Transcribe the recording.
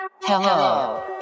Hello